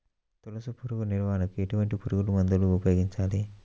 తొలుచు పురుగు నివారణకు ఎటువంటి పురుగుమందులు ఉపయోగించాలి?